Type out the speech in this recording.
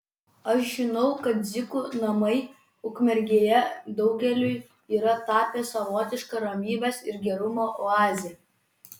aš žinau kad dzigų namai ukmergėje daugeliui yra tapę savotiška ramybės ir gerumo oaze